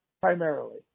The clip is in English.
primarily